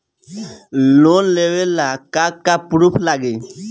Loan लेबे ला का का पुरुफ लागि?